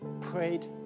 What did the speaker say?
prayed